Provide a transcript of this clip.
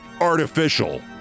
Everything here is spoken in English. artificial